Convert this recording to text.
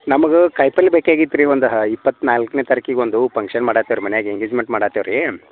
ನಮಗೆ ಕಾಯಿಪಲ್ಲೆ ಬೇಕಾಗಿತ್ರಿ ಒಂದು ಹ ಇಪ್ಪತ್ನಾಲ್ಕನೆ ತಾರೀಖಿಗೆ ಒಂದು ಫಂಕ್ಷನ್ ಮಾಡ್ತಾರೆ ಮನಿಯಾಗೆ ಎಂಗೇಜ್ಮೆಂಟ್ ಮಾಡ ಹತ್ಯಾವ ರೀ